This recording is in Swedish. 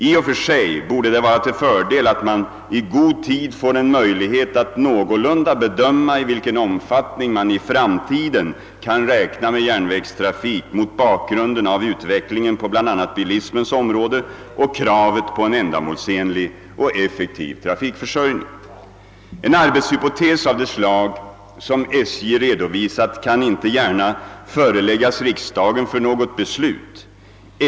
I och för sig borde det vara till fördel, att man i god tid får en möjlighet att någorlunda bedöma i vilken omfattning man i framtiden kan räkna med järnvägstrafik mot bakgrunden av utvecklingen på bland annat bilismens område och kravet på en ändamålsenlig och effektiv trafikförsörjning. En arbetshypotes av det slag SJ redovisat kan inte gärna föreläggas riksdagen för något beslut.